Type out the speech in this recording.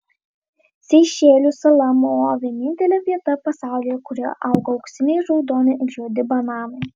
seišelių sala mao vienintelė vieta pasaulyje kurioje auga auksiniai raudoni ir juodi bananai